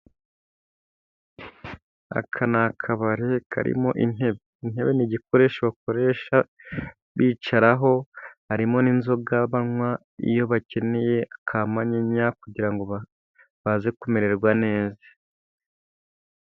Aka ni akabari karimo intebe, intebe ni igikoresho bakoresha bicaraho ,harimo n'inzoga banywa iyo bakeneye ka manyinya, kugira ngo baze kumererwa neza.